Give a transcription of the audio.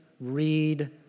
read